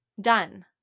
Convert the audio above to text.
done